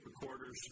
recorders